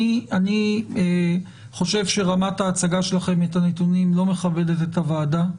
אני חושב שרמת ההצגה שלכם את הנתונים לא מכבדת את הוועדה,